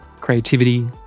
creativity